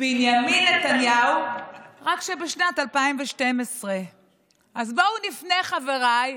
בנימין נתניהו בשנת 2012. בואו נפנה כולנו, חבריי,